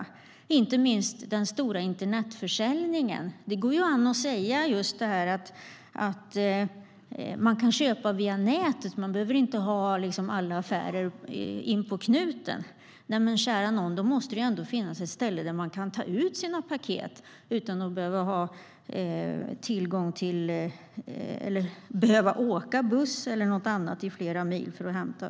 Det går an att säga att man kan köpa via nätet och inte behöver ha alla affärer in på knuten. Men kära nån, då måste det finnas ett ställe där man kan hämta ut sina paket utan att behöva åka buss eller något annat i flera mil.